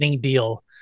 deal